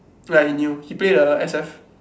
like in you he play the S_F